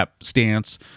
stance